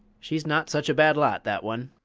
she's not such a bad lot, that one.